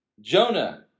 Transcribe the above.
Jonah